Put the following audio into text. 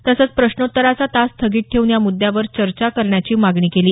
तसंच प्रश्नोत्तराचा तास स्थगित ठेवून या मुद्यावर चर्चा करण्याची मागणी केली